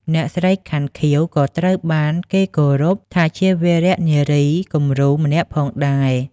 អ្នកស្រី ខាន់ ខៀវ ក៏ត្រូវបានគេគោរពថាជាវីរនារីគំរូម្នាក់ផងដែរ។